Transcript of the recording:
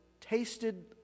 tasted